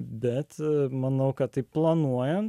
bet manau kad taip planuojame